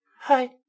hi